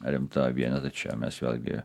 rimtą vienetą čia mes vėlgi